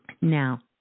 Now